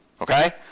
Okay